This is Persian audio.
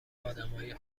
آدمای